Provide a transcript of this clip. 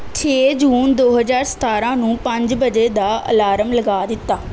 ਛੇ ਜੂਨ ਦੋ ਹਜ਼ਾਰ ਸਤਾਰਾਂ ਨੂੰ ਪੰਜ ਵਜੇ ਦਾ ਅਲਾਰਮ ਲਗਾ ਦਿੱਤਾ